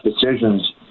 decisions